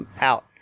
Out